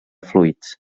fluids